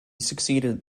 succeeded